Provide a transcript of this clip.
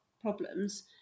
problems